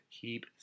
keep